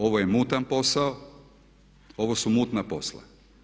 Ovo je mutan posao, ovo su mutna posla.